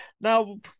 Now